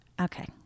okay